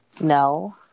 no